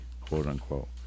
quote-unquote